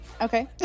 Okay